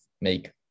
make